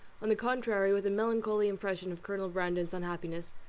on the contrary, with a melancholy impression of colonel brandon's unhappiness,